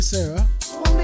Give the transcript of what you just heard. Sarah